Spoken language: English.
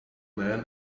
man